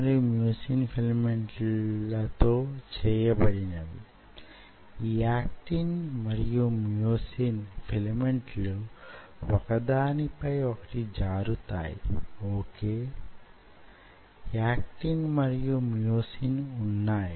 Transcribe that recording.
మరో విధంగా చెప్పాలంటే మ్యో ట్యూబ్ లోనే వున్న యాక్టిన్ మ్యోసిన్ ఫిలమెంట్ లు జారే చర్యలకు లోనవుతాయి సంకొచానికి దారి తీస్తాయి